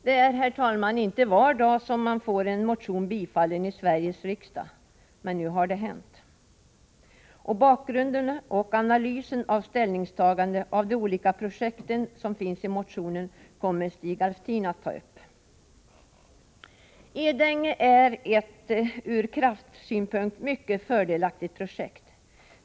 Det är, herr talman, inte var dag som man får en motion tillstyrkt i Sveriges riksdag men nu har det hänt. Bakgrunden till och analysen av ställningstagandena till de olika projekten som finns i motionen kommer Stig Alftin att senare ta upp. Edänge är ett från kraftsynpunkt mycket fördelaktigt projekt.